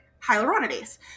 hyaluronidase